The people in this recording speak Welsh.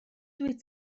dwyt